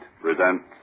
Presents